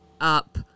up